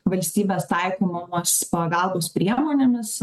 valstybės taikomomas pagalbos priemonėmis